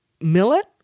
Millet